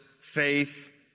faith